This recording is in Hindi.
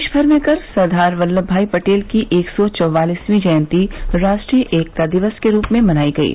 देश भर में कल सरदार वल्लभ भाई पटेल की एक सौ चौवालिसवीं जयंती राष्ट्रीय एकता दिवस के रूप में मनायी गयी